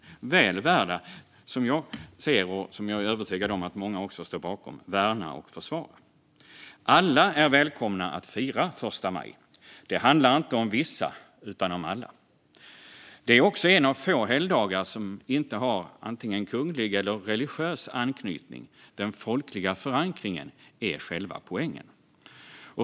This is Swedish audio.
De är, som jag ser det, väl värda att värna och försvara, och jag är övertygad om att många står bakom dem. Alla är välkomna att fira första maj. Det handlar inte om vissa utan om alla. Det är också en av få helgdagar som inte har vare sig kunglig eller religiös anknytning. Den folkliga förankringen är själva poängen.